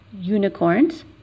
unicorns